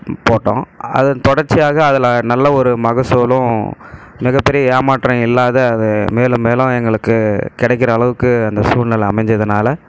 போட்டோம் அதன் தொடர்ச்சியாக அதில் நல்ல ஒரு மகசூலும் மிக பெரிய ஏமாற்றம் இல்லாத மேலும் மேலும் எங்களுக்கு கிடைக்கிற அளவுக்கு அந்த சூழ்நிலை அமைஞ்சதினால